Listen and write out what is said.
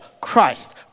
Christ